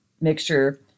mixture